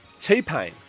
T-Pain